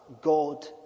God